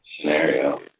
scenario